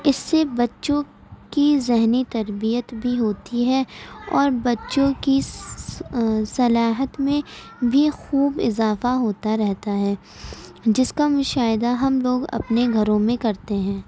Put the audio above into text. اِس سے بچوں کی ذہنی تربیت بھی ہوتی ہے اور بچوں کی صلاحیت میں بھی خوب اضافہ ہوتا رہتا ہے جس کا مشاہدہ ہم لوگ اپنے گھروں میں کرتے ہیں